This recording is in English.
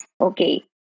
Okay